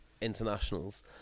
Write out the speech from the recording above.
internationals